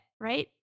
right